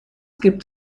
gibt